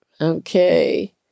Okay